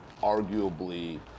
arguably